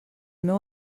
meu